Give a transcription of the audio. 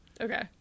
okay